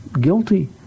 guilty